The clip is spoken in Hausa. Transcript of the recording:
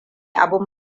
abin